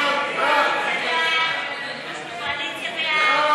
סעיפים 4 9, כהצעת הוועדה, נתקבלו.